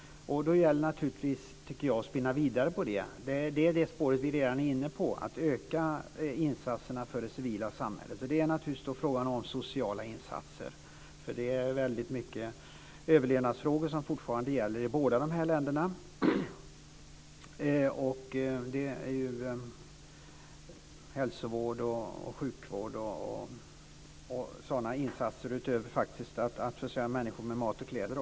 Jag tycker att det gäller att spinna vidare på det. Vi är redan inne på det spåret, nämligen att öka insatserna för det civila samhället. Det är naturligtvis fråga om sociala insatser. Överlevnadsfrågorna är fortfarande stora i de här båda länderna. Det gäller hälsovård, sjukvård och sådana insatser utöver att faktiskt försörja människor med mat och kläder.